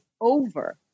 over